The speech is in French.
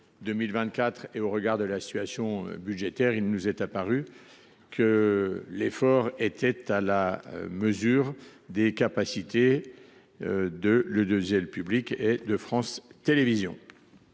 2024 et de la situation budgétaire, il nous est apparu que cet effort était à la mesure des capacités de l’audiovisuel public et de France Télévisions.